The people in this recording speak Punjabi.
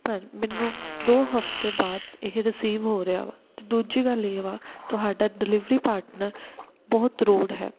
ਪਰ ਮੈਨੂੰ ਦੋ ਹਫ਼ਤੇ ਬਾਅਦ ਇਹ ਰਿਸੀਵ ਹੋ ਰਿਹਾ ਵਾ ਅਤੇ ਦੂਜੀ ਗੱਲ ਇਹ ਵਾ ਤੁਹਾਡਾ ਡਿਲੀਵਰੀ ਪਾਰਟਨਰ ਬਹੁਤ ਰੂਡ ਹੈ